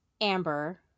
Amber